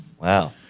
Wow